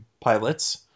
pilots